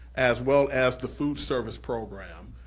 as well as the food service program,